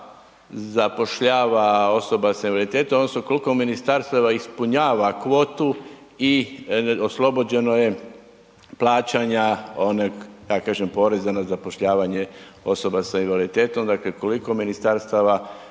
zapošljava osoba s invaliditetom, odnosno, koliko ministarstava ispunjava kvotu i oslobođeno je plaćanja one, kako kažem, poreza na zapošljavanje osoba s invaliditetom. Dakle, koliko ministarstava